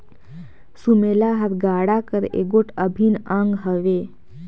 सुमेला हर गाड़ा कर एगोट अभिन अग हवे